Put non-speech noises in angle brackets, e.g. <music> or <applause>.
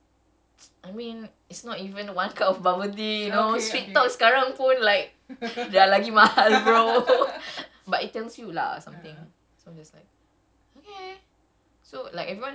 he was like oh thanks for the rainbow puke and I pun macam he's like rainbow puke is not is not cheap <breath> <noise> I mean it's not even one cup of bubble tea sweet talk sekarang pun like dah lagi mahal bro <laughs>